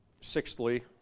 Sixthly